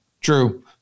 True